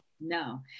no